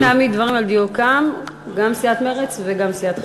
רק נעמיד דברים על דיוקם: גם סיעת מרצ וגם סיעת חד"ש.